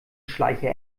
schleicher